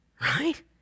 Right